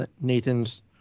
Nathan's